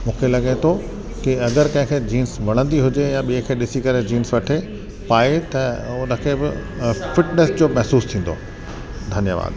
मुखे लॻे तो कि अगरि कंहिंखे जींस वणंदी हुजे या ॿिए खे ॾिसी करे जींस वठे पाए त उन खे बि फिटनेस जो महसूस थींदो धन्यवाद